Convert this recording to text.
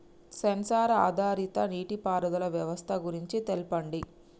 Censor ఆధారిత నీటిపారుదల వ్యవస్థ గురించి తెల్పండి?